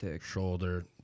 shoulder